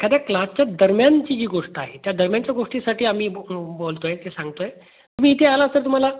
एखाद्या क्लासच्या दरम्यानची जी गोष्ट आहे त्या दरम्यानच्या गोष्टीसाठी आम्ही बोलतो आहे ते सांगतो आहे तुम्ही इथे आला तर तुम्हाला